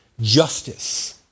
Justice